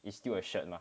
is still a shirt mah